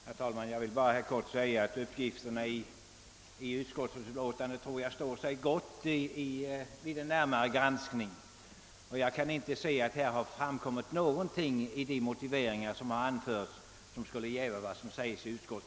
Herr talman! Jag vill bara helt kort säga att jag tror att uppgifterna i utlåtandet står sig gott vid en närmare granskning. Jag kan inte se att det genom de motiveringar, som nu anförts, har framkommit någonting som skulle jäva vad som sägs i utlåtandet.